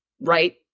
right